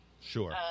Sure